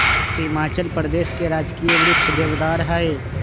हिमाचल प्रदेश के राजकीय वृक्ष देवदार हई